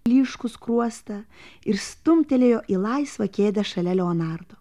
blyškų skruostą ir stumtelėjo į laisvą kėdę šalia leonardo